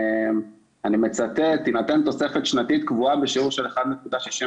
ואני מצטט: תינתן תוספת שנתית קבועה בשיעור של 1.65